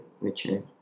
richard